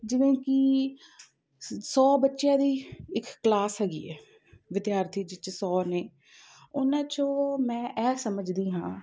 ਜਿਵੇਂ ਕਿ ਸੌ ਬੱਚਿਆਂ ਦੀ ਇੱਕ ਕਲਾਸ ਹੈਗੀ ਹੈ ਵਿਦਿਆਰਥੀ ਜਿਸ 'ਚ ਸੌ ਨੇ ਉਹਨਾਂ ਚੋਂ ਮੈਂ ਇਹ ਸਮਝਦੀ ਹਾਂ